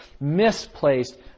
misplaced